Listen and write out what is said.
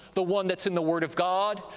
the one that's in the word of god,